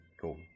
cool